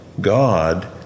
God